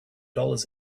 dollars